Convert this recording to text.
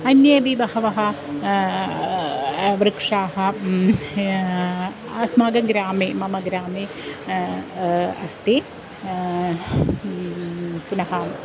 अन्येपि बहवः वृक्षाः ह अस्माकं ग्रामे मम ग्रामे अस्ति ह पुनः